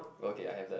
okay I have that